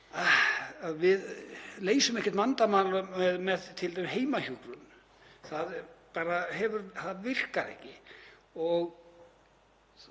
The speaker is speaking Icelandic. við leysum ekkert vandamál með t.d. heimahjúkrun. Það bara virkar ekki.